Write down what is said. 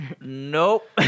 Nope